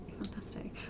Fantastic